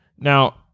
Now